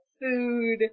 food